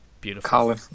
beautiful